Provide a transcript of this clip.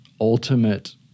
ultimate